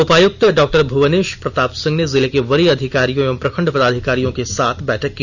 उपायुक्त डॉ भुवनेश प्रताप सिंह ने जिले के वरीय अधिकारियों प्रखंड पदाधिकारियों के साथ बैठक की